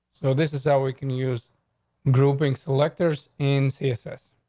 so this is how we can use grouping selectors in css.